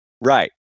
Right